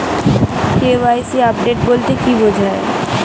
KYC update বলতে কি বোঝায়?